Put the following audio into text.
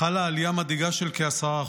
חלה עלייה מדאיגה של כ-10%,